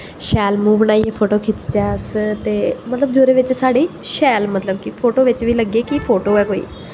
शैल मुंह बनाइयै फोटो खिचचै अस ते मतलब जोह्दे बिच साढ़ी शैल मतलब की फोटो बिच बी लग्गे कि फोटो ऐ कोई